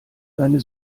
seine